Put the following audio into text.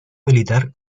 militar